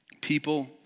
people